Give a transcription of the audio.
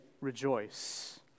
Rejoice